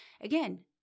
again